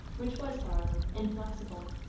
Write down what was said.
which was, however, inflexible.